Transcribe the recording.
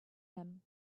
him